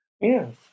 yes